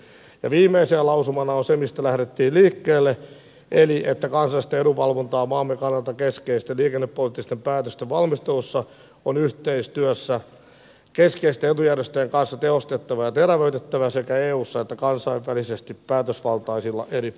ja viimeisenä lausumana on se mistä lähdettiin liikkeelle eli se että kansallista edunvalvontaa maamme kannalta keskeisten liikennepoliittisten päätösten valmistelussa on yhteistyössä keskeisten etujärjestöjen kanssa tehostettava ja terävöitettävä sekä eussa että kansainvälisesti eri päätösvaltaisilla foorumeilla